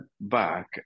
back